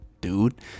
dude